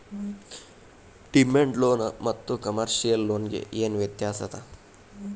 Demand loan ಮತ್ತ commercial loan ಗೆ ಏನ್ ವ್ಯತ್ಯಾಸದ?